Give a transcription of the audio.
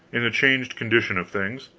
in the changed condition of things.